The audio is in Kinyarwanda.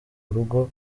urugo